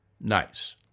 Nice